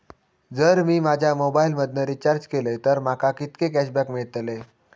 जर मी माझ्या मोबाईल मधन रिचार्ज केलय तर माका कितके कॅशबॅक मेळतले?